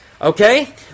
Okay